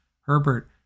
Herbert